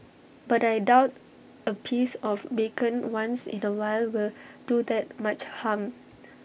but I doubt A piece of bacon once in A while will do that much harm